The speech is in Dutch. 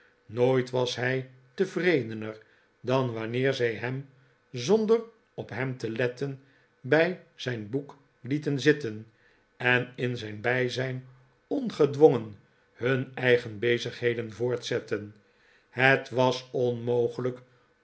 nooit was hij tevredener dan wanneer zij hem zohder op hem te letten bij zijn boek lieten zitten en in zijn bijzijn ongedwongen hun eigen bezigheden voortzetten het was onmogelijk